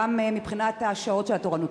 גם מבחינת שעות התורנות.